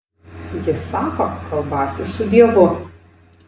jis sako kalbąsis su dievu